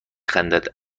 خندد